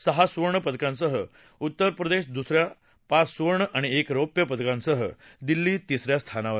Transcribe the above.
सहा सुवर्ण पदकांसह उत्तर प्रदेश दुसऱ्या पाच सुवर्ण आणि एक रौप्य पदकांसह दिल्ली तिसऱ्या स्थानावर आहे